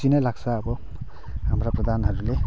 खुसी नै लाग्छ अब हाम्रो प्रधानहरूले